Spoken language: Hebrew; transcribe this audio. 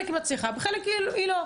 בחלק היא מצליחה וחלק לא.